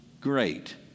great